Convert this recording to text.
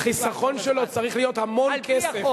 החיסכון שלו צריך להיות המון כסף.